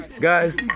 Guys